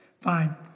fine